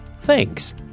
Thanks